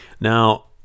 Now